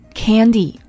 candy